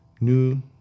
New